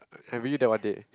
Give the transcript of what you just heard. have you that one day